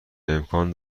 امکان